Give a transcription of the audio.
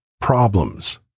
Problems